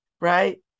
right